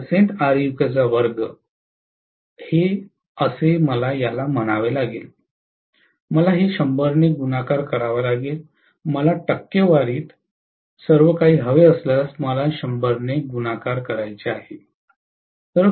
मला हे 100 ने गुणाकार करावे लागेल मला टक्केवारीत सर्वकाही हवे असल्यास मला 100 ने गुणाकार करायचे आहे